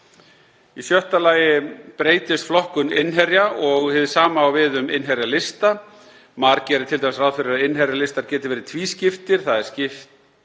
Í sjötta lagi breytist flokkun innherja og hið sama á við um innherjalista. MAR gerir t.d. ráð fyrir að innherjalistar geti verið tvískiptir, að þeir skiptist